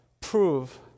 prove